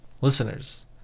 listeners